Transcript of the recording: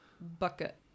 bucket